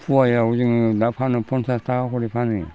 पवायाव जोङो दा फानो पन्सास थाखा खरि फानो